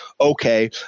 okay